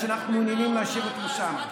כשאנחנו מעוניינים להשאיר אותו שם.